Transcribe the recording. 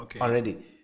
already